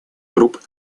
групп